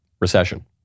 recession